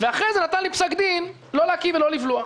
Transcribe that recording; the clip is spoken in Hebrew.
ואחרי זה נתן לי פסק דין: לא להקיא ולא לבלוע.